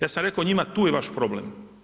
Ja sam rekao njima tu je vaš problem.